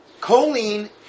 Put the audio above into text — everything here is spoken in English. Choline